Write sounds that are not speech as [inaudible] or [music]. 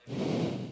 [breath]